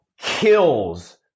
kills